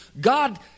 God